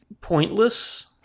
pointless